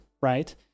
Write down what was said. right